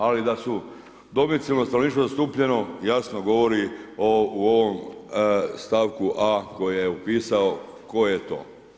Ali da je domicilno stanovništvo zastupljeno, jasno govori u ovom stavku a koje je opisao tko je to.